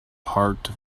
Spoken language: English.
parked